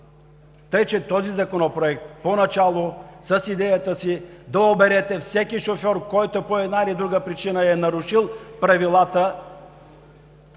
труд. Този Законопроект с идеята си – да оберете всеки шофьор, който по една или друга причина е нарушил правилата,